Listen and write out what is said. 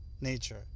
nature